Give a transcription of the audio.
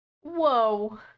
Whoa